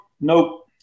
nope